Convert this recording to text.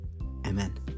amen